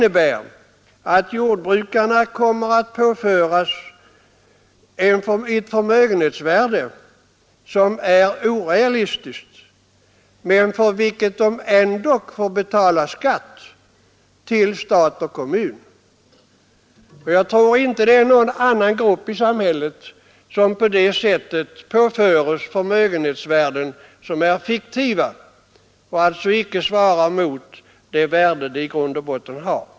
Jordbrukarna kommer härigenom att påföras ett orealistiskt förmögenhetsvärde, för vilket de ändock får betala skatt till stat och kommun. Jag tror inte att någon annan grupp i samhället på det sättet påföres fiktiva förmögenhetsvärden, som icke svarar mot det värde tillgångarna i grund och botten har.